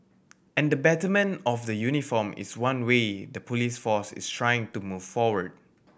and the betterment of the uniform is one way the police force is trying to move forward